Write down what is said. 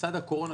לצד הקורונה,